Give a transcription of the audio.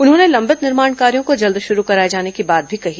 उन्होंने लंबित निर्माण कार्यो को जल्द शुरू कराए जाने की बात भी कही